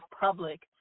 public